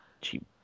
Cheap